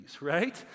right